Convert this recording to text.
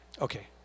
Okay